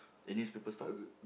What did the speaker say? the newspaper store